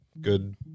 good